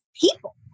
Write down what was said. people